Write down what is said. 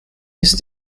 ist